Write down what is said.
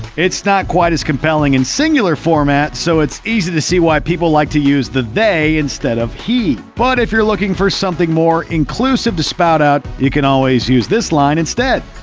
it's not quite as compelling in singular format, so it's easy to see why people like to use the they instead of he, but if you're looking for something more inclusive to spout out, you can always use this line instead